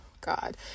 God